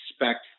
expect